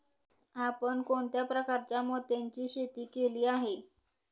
आपण कोणत्या प्रकारच्या मोत्यांची शेती केली आहे?